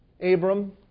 Abram